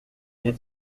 mes